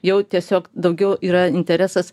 jau tiesiog daugiau yra interesas